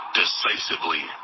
decisively